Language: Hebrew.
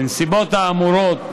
בנסיבות האמורות,